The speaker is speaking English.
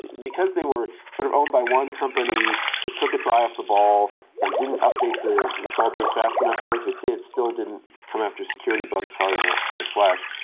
because they were sort of owned by one company that took its eye off the ball and didn't update the install-based fast enough, or if it did, still didn't come after security bugs hard enough like flash.